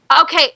Okay